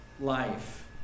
life